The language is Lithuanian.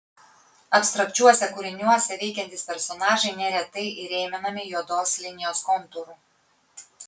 abstrakčiuose kūriniuose veikiantys personažai neretai įrėminami juodos linijos kontūru